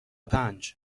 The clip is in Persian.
پنج